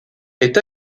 est